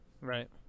Right